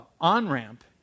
on-ramp